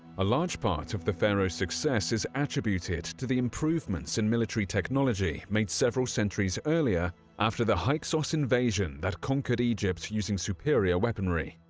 a large part of the pharaoh's success is attributed to the improvements in military technology made several centuries earlier after the hyksos invasion that conquered egypt using superior weaponry,